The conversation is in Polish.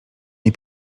nie